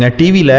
like devi like